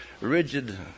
rigid